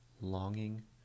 longing